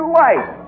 life